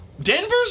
Denver's